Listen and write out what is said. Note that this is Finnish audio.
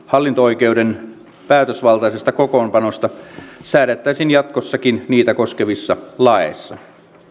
hallinto oikeuden päätösvaltaisesta kokoonpanosta säädettäisiin jatkossakin niitä koskevissa laeissa